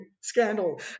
scandal